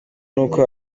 n’uko